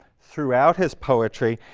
throughout his poetry,